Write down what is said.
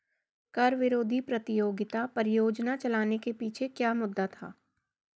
कर विरोधी प्रतियोगिता परियोजना चलाने के पीछे क्या मुद्दा था?